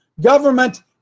Government